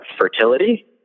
fertility